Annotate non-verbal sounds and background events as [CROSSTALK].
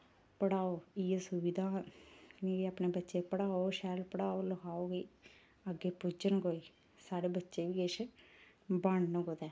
पढ़ाओ इ'यै सुविधा [UNINTELLIGIBLE] अपने बच्चे पढ़ाओ शैल पढ़ाओ लखाओ कि अग्गे पूज्जन कोई साढ़े बच्चे किश बन'न कुतै